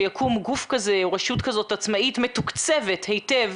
יקום גוף כזה או רשות כזאת עצמאית מתוקצבת היטב,